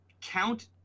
count